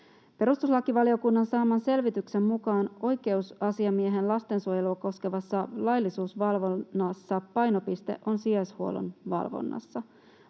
Perustuslakivaliokunnan saaman selvityksen mukaan oikeusasiamiehen lastensuojelua koskevassa laillisuusvalvonnassa painopiste on sijaishuollon valvonnassa.